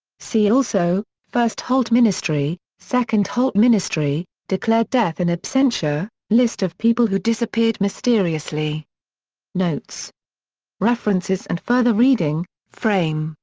see also first holt ministry second holt ministry declared death in absentia list of people who disappeared mysteriously notes notes references and further reading frame,